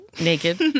Naked